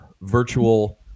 virtual